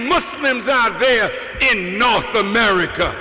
muslims out there in north america